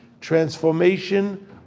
transformation